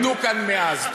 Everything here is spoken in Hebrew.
כיהודים, שנולדו כאן מאז.